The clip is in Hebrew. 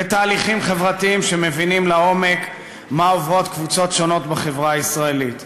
בתהליכים חברתיים שמבינים לעומק מה עוברות קבוצות שונות בחברה הישראלית.